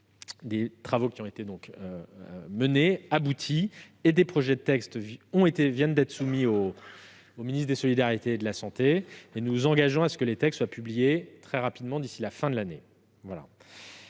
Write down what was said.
Ces travaux sont achevés et des projets de textes viennent d'être soumis au ministre des solidarités et de la santé. Nous nous engageons à ce qu'ils soient publiés très rapidement, d'ici à la fin de l'année.